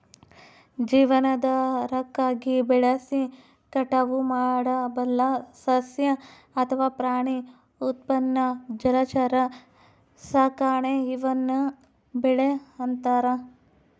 ಜೀವನಾಧಾರಕ್ಕಾಗಿ ಬೆಳೆಸಿ ಕಟಾವು ಮಾಡಬಲ್ಲ ಸಸ್ಯ ಅಥವಾ ಪ್ರಾಣಿ ಉತ್ಪನ್ನ ಜಲಚರ ಸಾಕಾಣೆ ಈವ್ನ ಬೆಳೆ ಅಂತಾರ